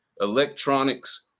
electronics